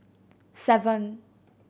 seven